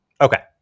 Okay